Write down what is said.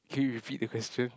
can you repeat the question